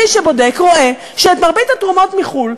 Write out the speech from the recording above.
מי שבודק רואה שאת מרבית התרומות מחו"ל,